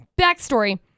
backstory